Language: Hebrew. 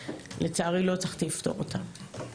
ולצערי לא הצלחתי לפתור אותה,